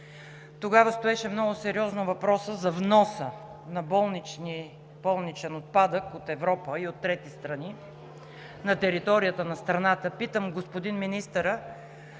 тогава стоеше много сериозно въпросът за вноса на болничен отпадък от Европа и от трети страни на територията на страната. Питам господин министъра: